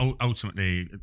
ultimately